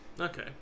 Okay